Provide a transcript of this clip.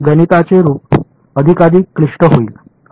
गणिताचे रूप अधिकाधिक क्लिष्ट होईल